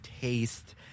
taste